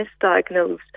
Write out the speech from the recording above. misdiagnosed